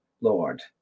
Lord